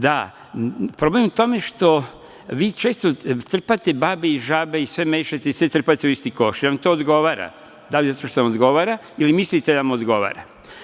Da, problem je u tome što vi često trpate babe i žabe u isti koš jer vam to odgovara, da li zato što vam odgovara ili mislite da vam odgovara.